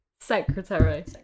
secretary